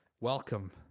Welcome